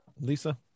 lisa